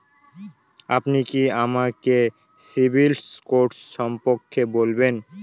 আপনি কি আমাকে সিবিল স্কোর সম্পর্কে বলবেন?